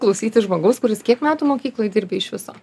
klausytis žmogaus kuris kiek metų mokykloj dirbi iš viso